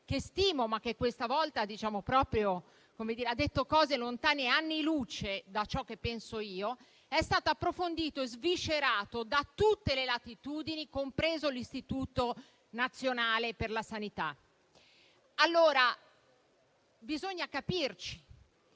che stimo, ma questa volta ha detto cose lontane anni luce da ciò che penso io ed è stato approfondito e sviscerato da tutte le latitudini, compreso l'Istituto superiore di sanità. Allora, bisogna capirci: